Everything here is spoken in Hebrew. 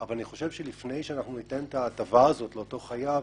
אבל אני חושב שלפני שאנחנו ניתן את ההטבה הזאת לאותו חייב,